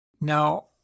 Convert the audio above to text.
Now